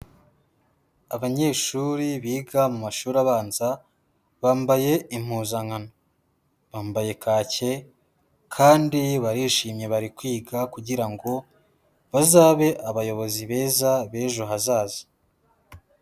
Abanyeshuri biga mu mashuri abanza bambaye impuzankano, bambaye kake kandi barishimye bari kwiga kugira ngo bazabe abayobozi beza b'ejo hazaza.